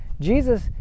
Jesus